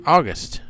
August